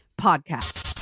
Podcast